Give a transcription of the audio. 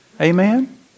Amen